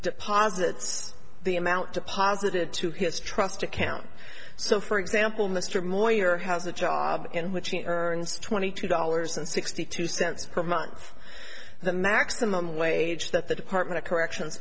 deposits the amount to positive to his trust account so for example mr moyer has a job in which he earns twenty two dollars and sixty two cents per month the maximum wage that the department of corrections